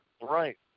Right